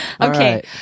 Okay